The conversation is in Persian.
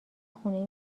خونه